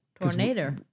Tornado